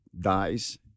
dies